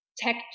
tech